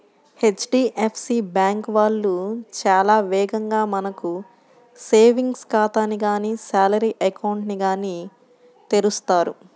HDFC bank వాళ్ళు చాలా వేగంగా మనకు సేవింగ్స్ ఖాతాని గానీ శాలరీ అకౌంట్ ని గానీ తెరుస్తారు